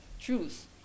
truth